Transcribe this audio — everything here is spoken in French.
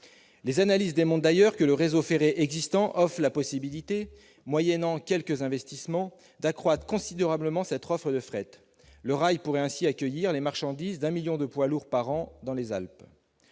Les analyses démontrent d'ailleurs que le réseau ferré existant offre la possibilité, moyennant quelques investissements, d'accroître considérablement cette offre de fret. Le rail pourrait ainsi accueillir les marchandises d'un million de poids lourds par an dans les Alpes.